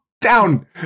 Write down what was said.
Down